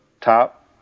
top